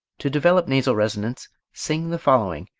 to develop nasal resonance sing the following,